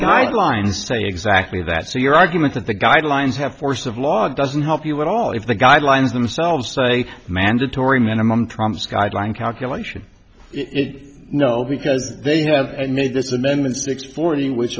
guidelines say exactly that so your argument that the guidelines have force of law doesn't help you with all if the guidelines themselves say a mandatory minimum trumps guideline calculation it no because they have made this amendment six fourteen which